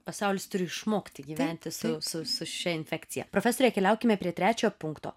pasaulis turi išmokti gyventi su su su šia infekcija profesore keliaukime prie trečio punkto